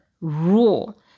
rule